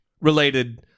Related